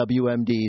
WMDs